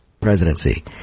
presidency